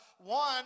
one